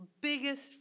biggest